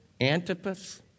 Antipas